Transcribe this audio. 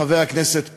חבר הכנסת פרוש.